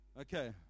Okay